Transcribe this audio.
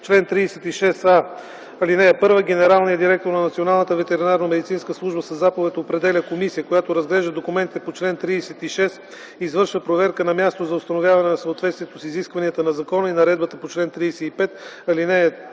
„Чл. 36а. (1) Генералният директор на Националната ветеринарномедицинска служба със заповед определя комисия, която разглежда документите по чл. 36, извършва проверка на място за установяване на съответствието с изискванията на закона и наредбата по чл. 35, ал. 3